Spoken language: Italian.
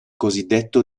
cosiddetto